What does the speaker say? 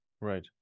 Right